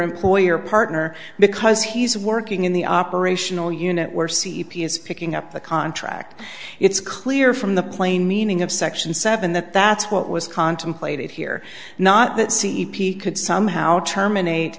employer partner because he's working in the operational unit where c e p is picking up the contract it's clear from the plain meaning of section seven that that's what was contemplated here not that c e p t could somehow terminate